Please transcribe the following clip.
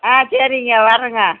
ஆ சரிங்க வரங்க